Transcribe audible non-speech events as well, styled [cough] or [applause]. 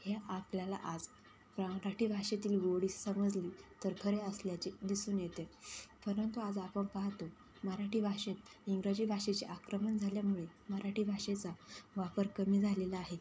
हे आपल्याला आज [unintelligible] मराठी भाषेतील गोडी समजली तर खरे असल्याचे दिसून येते परंतु आज आपण पाहतो मराठी भाषेत इंग्रजी भाषेचे आक्रमण झाल्यामुळे मराठी भाषेचा वापर कमी झालेला आहे